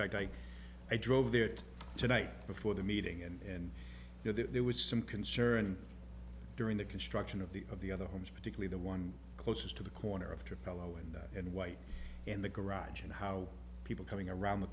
fact i drove there tonight before the meeting and there was some concern during the construction of the of the other homes particularly the one closest to the corner of her fellow and and white in the garage and how people coming around the